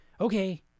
Okay